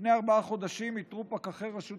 לפני ארבעה חודשים איתרו פקחי רשות